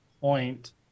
point